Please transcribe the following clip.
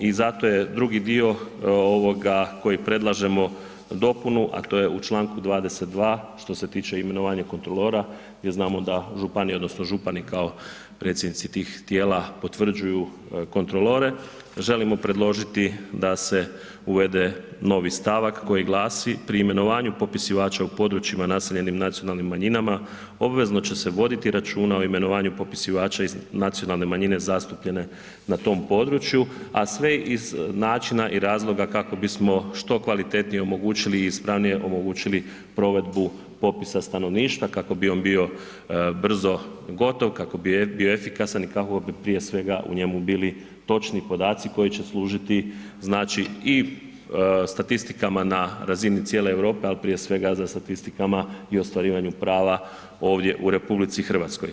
I zato je drugi dio ovoga koji predlažemo dopunu, a to u Članu 22. što se tiče imenovanja kontrolora jer znamo da županija odnosno župani kao predsjednici tih tijela potvrđuju kontrolore želimo predložiti da se uvede novi stavak koji glasi: „Pri imenovanju popisivača u područjima naseljenim nacionalnim manjinama obvezno će se voditi računa o imenovanju popisivača iz nacionalne manjine zastupljene na tom području.“, a sve iz načina i razloga kako bismo što kvalitetnije omogućili i ispravnije omogućili provedbu popisa stanovništva kako bi on bio brzo gotov, kako bi bio efikasan i kako bi prije svega u njemu bili točni podaci koji će služiti znači i statistikama na razini cijele Europe, ali prije svega za statistikama i ostvarivanju prava ovdje u RH.